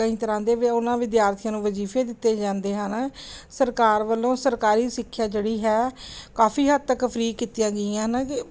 ਕਈ ਤਰ੍ਹਾਂ ਦੇ ਵੇ ਉਹਨਾਂ ਵਿਦਿਆਰਥੀਆਂ ਨੂੰ ਵਜ਼ੀਫੇ ਦਿੱਤੇ ਜਾਂਦੇ ਹਨ ਸਰਕਾਰ ਵੱਲੋਂ ਸਰਕਾਰੀ ਸਿੱਖਿਆ ਜਿਹੜੀ ਹੈ ਕਾਫੀ ਹੱਦ ਤੱਕ ਫ੍ਰੀ ਕੀਤੀਆਂ ਗਈਆਂ ਹਨ ਕਿ